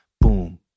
boom